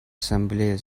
ассамблея